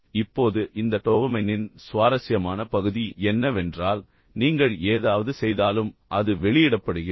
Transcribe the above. இப்போது இந்த டோபமைனின் சுவாரஸ்யமான பகுதி என்னவென்றால் நீங்கள் ஏதாவது செய்தாலும் அது வெளியிடப்படுகிறது